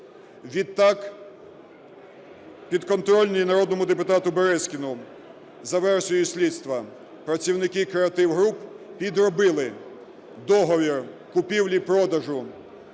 Відтак, підконтрольні народному депутату Березкіну, за версією слідства, працівники "Креатив Груп", підробили договір купівлі-продажу